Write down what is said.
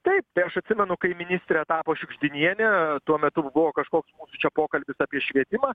taip tai aš atsimenu kai ministre tapo šiugždinienė tuo metu buvo kažkoks čia pokalbis apie švietimą